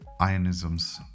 Ionisms